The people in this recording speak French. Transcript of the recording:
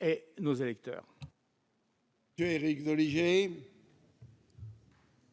et nos électeurs.